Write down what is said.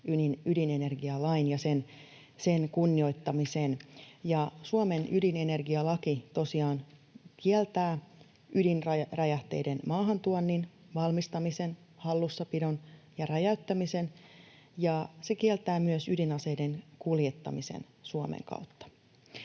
ydinenergialain ja sen kunnioittamisen. Suomen ydinenergialaki tosiaan kieltää ydinräjähteiden maahantuonnin, valmistamisen, hallussapidon ja räjäyttämisen, ja se kieltää myös ydinaseiden kuljettamisen Suomen kautta.